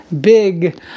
big